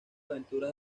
aventuras